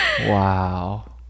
wow